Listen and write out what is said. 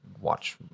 watch